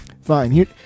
Fine